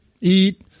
eat